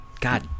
God